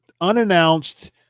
unannounced